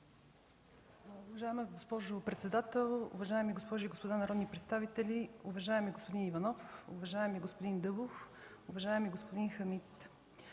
Уважаема госпожо председател, уважаеми госпожи и господа народни представители, уважаеми господин Иванов, уважаеми господин Дъбов, уважаеми господин Хамид!